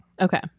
Okay